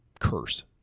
curse